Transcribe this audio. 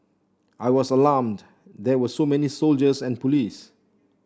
I was alarmed there were so many soldiers and police